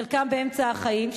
חלקם באמצע החיים,